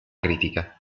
critica